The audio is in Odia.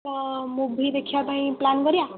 ତ ମୁଭି ଦେଖିବା ପାଇଁ ପ୍ଲାନ୍ କରିବା